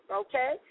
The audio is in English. okay